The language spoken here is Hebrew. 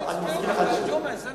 והם יקבלו את זכות הדיבור.